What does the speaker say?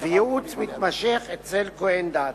וייעוץ מתמשך אצל כוהן דת.